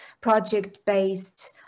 project-based